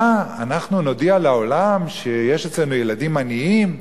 מה, אנחנו נודיע לעולם שיש אצלנו ילדים עניים?